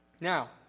Now